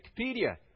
Wikipedia